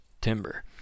timber